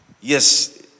yes